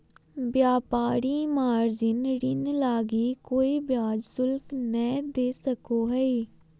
व्यापारी मार्जिन ऋण लगी कोय ब्याज शुल्क नय दे सको हइ